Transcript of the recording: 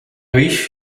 wish